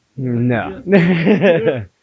No